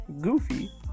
goofy